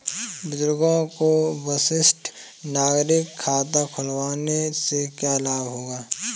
बुजुर्गों को वरिष्ठ नागरिक खाता खुलवाने से क्या लाभ होगा?